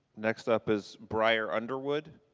next up is briar underwood.